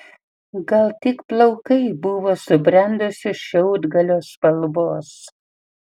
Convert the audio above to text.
gal tik plaukai buvo subrendusio šiaudgalio spalvos